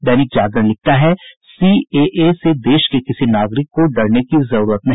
दैनिक जागरण लिखता है सीएए से देश के किसी नागरिक को डरने की जरूरत नहीं